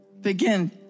Begin